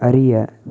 அறிய